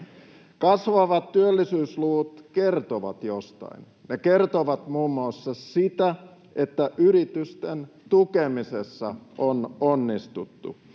Kasvavat työllisyysluvut kertovat jostain. Ne kertovat muun muassa siitä, että yritysten tukemisessa on onnistuttu.